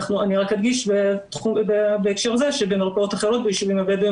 אדגיש בהקשר הזה שבמרפאות אחרות בישובים הבדואים